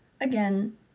again